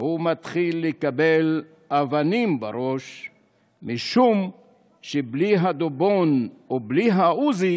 הוא מתחיל לקבל אבנים בראש / משום שבלי הדובון ובלי העוזי /